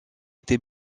été